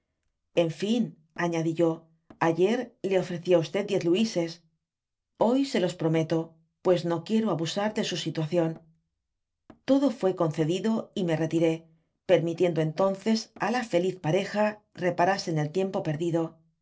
en fin añadí yo ayer le ofrecí á diez luises hoy se los prometo pues no quiero abusar de su sitaacicn todo fué concedido y me retir permitiendo eimtdnces á la feliz pareja reparasen el tiempo perdido